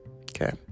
Okay